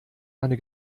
eine